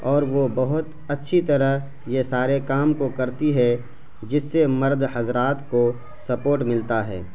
اور وہ بہت اچھی طرح یہ سارے کام کو کرتی ہے جس سے مرد حضرات کو سپورٹ ملتا ہے